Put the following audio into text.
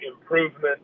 improvement